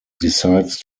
decides